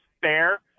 fair